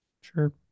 Sure